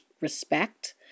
respect